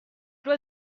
loi